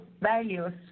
values